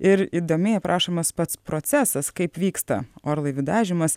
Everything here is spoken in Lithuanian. ir įdomiai aprašomas pats procesas kaip vyksta orlaivių dažymas